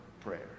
prayer